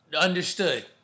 Understood